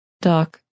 Doc